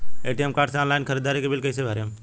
ATM card से online ख़रीदारी के बिल कईसे भरेम?